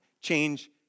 Change